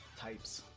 types